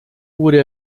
wurde